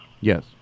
Yes